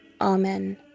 amen